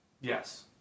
yes